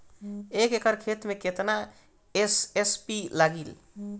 एक एकड़ खेत मे कितना एस.एस.पी लागिल?